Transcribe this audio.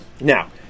Now